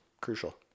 crucial